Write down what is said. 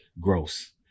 Gross